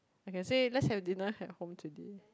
I can say let's have dinner at home today